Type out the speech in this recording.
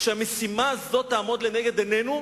כשהמשימה הזו תעמוד לנגד עינינו,